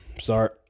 Sorry